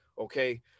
okay